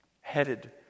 headed